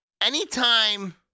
anytime